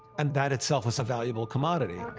and that itself was a valuable commodity.